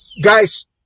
guys